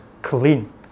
clean